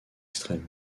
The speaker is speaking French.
extrême